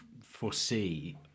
foresee